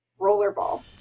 rollerball